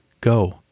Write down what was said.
Go